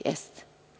Jeste.